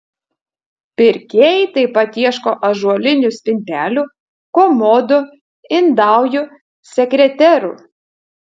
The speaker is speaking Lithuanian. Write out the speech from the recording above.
pirkėjai taip pat ieško ąžuolinių spintelių komodų indaujų sekreterų